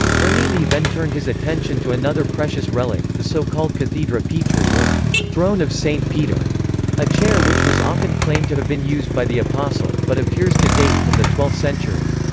bernini then turned his attention to another precious relic, the so-called cathedra petri or throne of st. peter a chair which was often claimed to have been used by the apostle, but appears to date from the twelfth century.